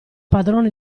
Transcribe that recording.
padrone